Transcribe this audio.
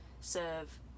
serve